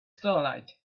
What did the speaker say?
starlight